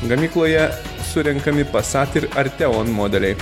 gamykloje surenkami pasat ir arteon modeliai